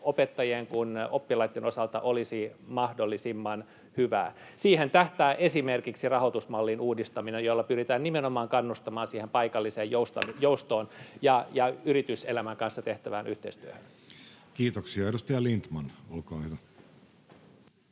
kuin oppilaitten osalta olisi mahdollisimman hyvää. Siihen tähtää esimerkiksi rahoitusmallin uudistaminen, jolla pyritään nimenomaan kannustamaan siihen paikalliseen joustoon ja yrityselämän kanssa tehtävään yhteistyöhön. Kiitoksia. — Edustaja Lindtman, olkaa hyvä.